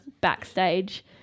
backstage